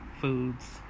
foods